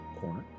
corner